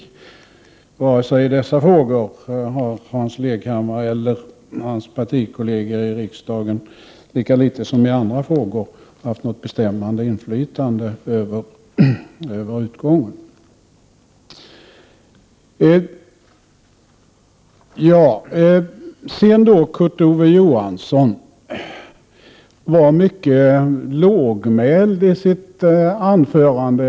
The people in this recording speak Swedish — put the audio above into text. Inte vare sig i dessa frågor eller i andra frågor har Hans Leghammar och hans partikollegor i riksdagen haft något bestämmande inflytande över utgången. Kurt Ove Johansson var mycket lågmäld i sitt anförande.